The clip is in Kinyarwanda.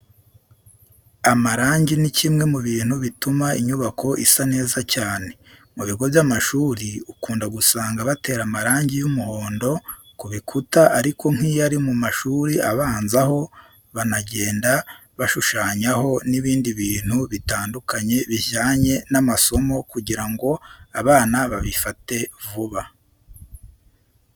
Amarangi ni kimwe mu bintu bituma inyubako isa neza cyane. Mu bigo by'amashuri ukunda gusanga batera amarangi y'umuhondo ku bikuta ariko nk'iyo ari mu mashuri abanza ho banagenda bashushanyaho n'ibindi bintu bitandukanye bijyanye n'amasomo kugira ngo abana babifate vuba.